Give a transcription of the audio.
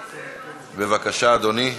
בבקשה, אדוני.